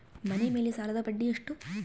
ಮನೆ ಮೇಲೆ ಸಾಲದ ಬಡ್ಡಿ ಎಷ್ಟು?